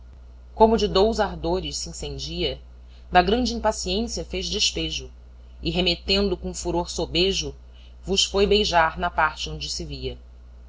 como de dous ardores se encendia da grande impaciência fez despejo e remetendo com furor sobejo vos foi beijar na parte onde se via